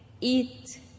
eat